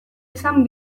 izan